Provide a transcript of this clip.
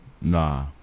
nah